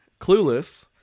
Clueless